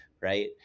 right